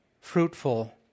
fruitful